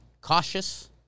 cautious